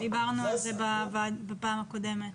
דיברנו על זה בישיבה הקודמת.